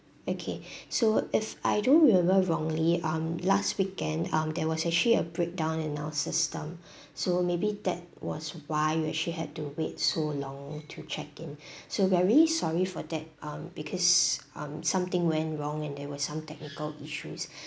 okay so if I don't remember wrongly um last weekend um there was actually a breakdown in our system so maybe that was why you actually had to wait so long to check in so we're really sorry for that um because um something went wrong and there were some technical issues